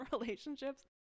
relationships